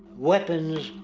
weapons,